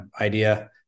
idea